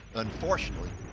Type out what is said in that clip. unfortunately,